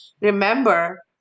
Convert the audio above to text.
remember